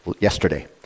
yesterday